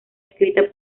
escrita